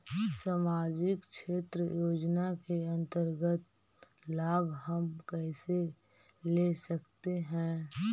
समाजिक क्षेत्र योजना के अंतर्गत लाभ हम कैसे ले सकतें हैं?